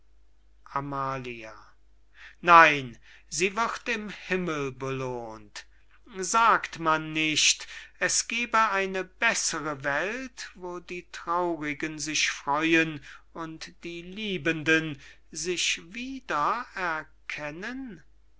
amalia nein sie wird im himmel belohnt sagt man nicht es gebe eine bessere welt wo die traurigen sich freuen und die liebenden sich wieder erkennen